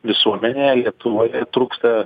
visuomenėje lietuvoje trūksta